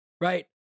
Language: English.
right